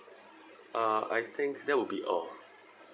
uh I think that would be all